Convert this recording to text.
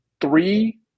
three